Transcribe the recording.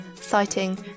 citing